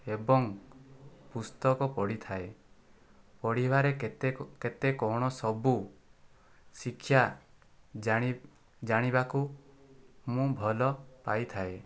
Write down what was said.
ଏବଂ ପୁସ୍ତକ ପଢ଼ିଥାଏ ପଢ଼ିବାରେ କେତେ କେତେ କ'ଣ ସବୁ ଶିକ୍ଷା ଜାଣି ଜାଣିବାକୁ ମୁଁ ଭଲ ପାଇଥାଏ